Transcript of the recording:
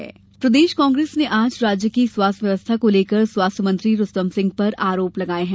कांग्रेस आरोप प्रदेश कांग्रेस ने आज राज्य की स्वास्थ्य व्यवस्था को लेकर स्वास्थ्य मंत्री रूस्तम सिंह पर आरोप लगाए हैं